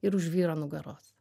ir už vyro nugaros